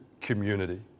community